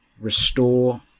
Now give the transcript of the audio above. restore